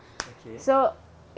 okay